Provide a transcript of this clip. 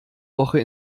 woche